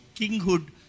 Kinghood